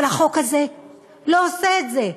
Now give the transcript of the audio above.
אבל החוק הזה לא עושה את זה,